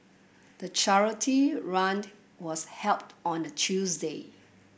the charity run was held on a Tuesday